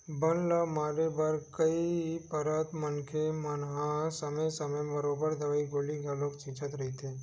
बन ल मारे बर कई पइत मनखे मन हा समे समे म बरोबर दवई गोली घलो छिंचत रहिथे